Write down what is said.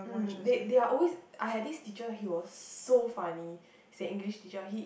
they they are always I had this teacher he was so funny he's an English teacher he